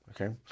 okay